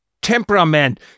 temperament